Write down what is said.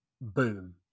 boom